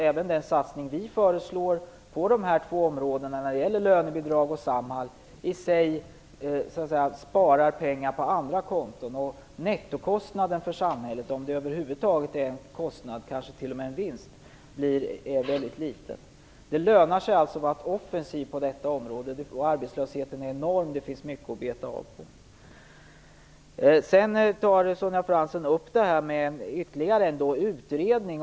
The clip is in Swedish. Även den satsning som vi föreslår på dessa två områden - det gäller alltså lönebidragen och Samhall - sparar pengar på andra konton. Nettokostnaden för samhället - och frågan är om det är en kostnad; det kanske t.o.m. är en vinst - blir väldigt liten. Det lönar sig alltså att vara offensiv här. När arbetslösheten är enorm finns det mycket att beta av. Sonja Fransson tar upp frågan om ytterligare en utredning.